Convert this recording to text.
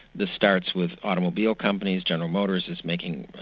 this starts with automobile companies, general motors is making,